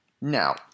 Now